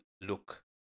look